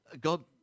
god